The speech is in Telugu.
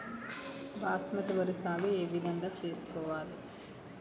బాస్మతి వరి సాగు ఏ విధంగా చేసుకోవాలి?